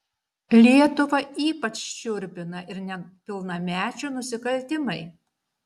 lietuvą ypač šiurpina ir nepilnamečių nusikaltimai